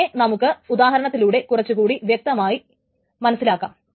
ഇതിനെ നമുക്ക് ഉദാഹരണത്തിലൂടെ കുറച്ചു കൂടി വ്യക്തമായി മനസ്സിലാക്കാം